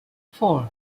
four